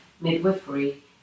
midwifery